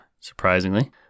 surprisingly